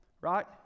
Right